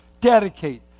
Dedicate